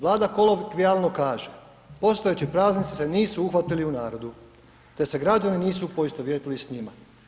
Vlada kolokvijalno kaže, postojeći praznici se nisu uhvatili u narodu te se građani nisu poistovjetili s njima.